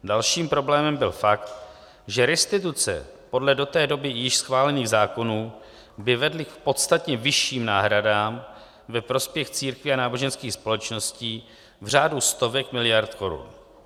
Dalším problémem byl fakt, že restituce podle do té doby již schválených zákonů by vedly k podstatně vyšším náhradám ve prospěch církví a náboženských společností v řádu stovek miliard korun.